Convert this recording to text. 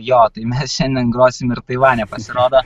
jo tai mes šiandien grosim ir taivane pasirodo